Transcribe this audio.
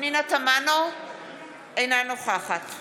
אינה נוכחת